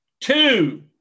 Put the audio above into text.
Two